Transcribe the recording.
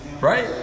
Right